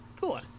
cool